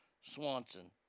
Swanson